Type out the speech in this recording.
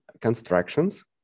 constructions